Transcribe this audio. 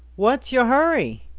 what's yo' hurry?